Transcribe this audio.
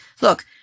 look